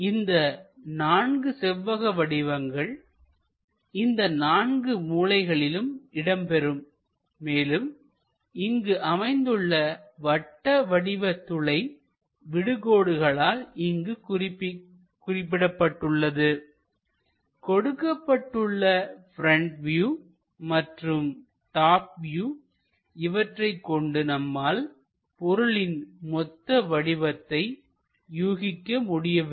இந்த நான்கு செவ்வக வடிவங்கள் இந்த நான்கு மூலைகளிலும் இடம்பெறும் மேலும் இங்கு அமைந்துள்ள வட்ட வடிவ துளை விடு கோடுகளால் இங்கு குறிக்கப்பட்டுள்ளது கொடுக்கப்பட்டுள்ள ப்ரெண்ட் வியூ மற்றும் டாப் வியூ இவற்றைக் கொண்டு நம்மால் பொருளின் மொத்த வடிவத்தை யூகிக்க முடியவில்லை